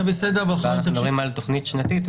אנחנו מדברים על תוכנית שנתית,